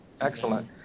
Excellent